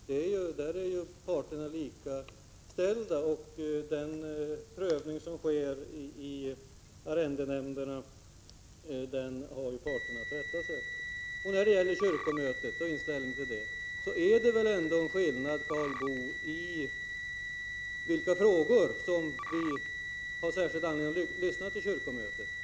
Där är parterna likställda, och parterna har att rätta sig efter den prövning som sker i arrendenämnderna. När det gäller kyrkomötet och inställningen till detta är det väl ändå skillnad, Karl Boo, på 'olika frågor. Det finns frågor där vi har särskild anledning att lyssna till kyrkomötet.